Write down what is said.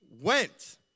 went